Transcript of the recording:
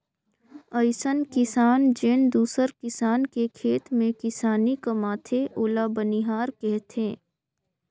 अइसन किसान जेन दूसर किसान के खेत में किसानी कमाथे ओला बनिहार केहथे